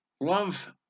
love